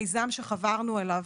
מיזם שחברנו אליו,